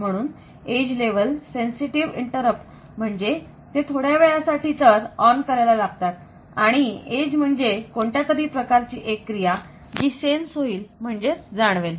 म्हणून edge level sensitive interrupt म्हणजे ते थोड्यावेळासाठी तर ऑन करायला लागतात आणि एज म्हणजे कोणत्यातरी प्रकारची एक क्रिया जी सेन्स होईल म्हणजेच जाणवेल